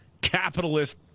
capitalist